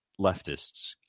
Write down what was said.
leftists